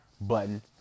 button